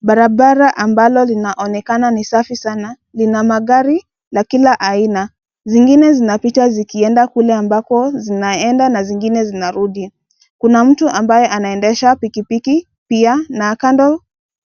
Barabara ambalo linaonekana ni safi sana, lina magari la kina aina, zingine zinapita zikienda kule ambako zinaenda, na zingine zinarudi. Kuna mtu ambaye anaendesha pikipiki pia, na kando,